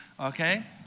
Okay